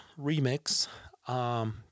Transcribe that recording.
remix